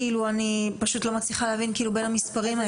לא מצליחה להבין בין המספרים האלה.